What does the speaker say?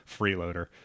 freeloader